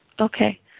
Okay